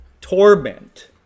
torment